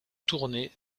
tournée